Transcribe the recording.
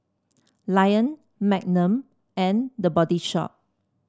Lion Magnum and The Body Shop